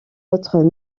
autres